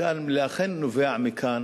לכן נובע מכאן